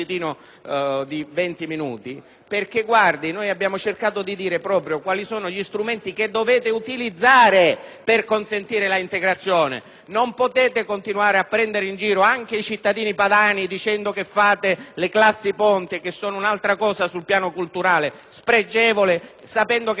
venti minuti. Abbiamo cercato di dirvi quali sono gli strumenti che dovete utilizzare per consentire l'integrazione. Non potete continuare a prendere in giro anche i cittadini padani dicendo che fate le classi ponte, che sono altra cosa sul piano culturale (spregevole), sapendo che non si possono fare. Questo modo di governare